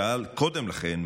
שעה קודם לכן,